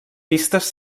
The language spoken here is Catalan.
pistes